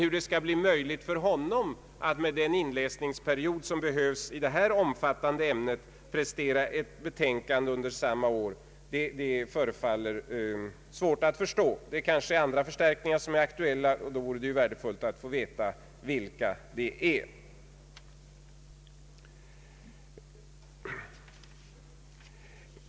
Hur det skall bli möjligt för honom att med den inläsningsperiod som behövs i detta omfattande ämne prestera ett betänkande under samma år förefaller svårt att förstå. Kanske andra förstärkningar är aktuella. Då vore det värdefullt att få veta vilka de är.